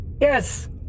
Yes